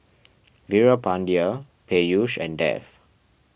Veerapandiya Peyush and Dev